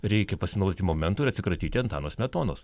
reikia pasinaudoti momentu ir atsikratyti antano smetonos